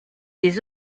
des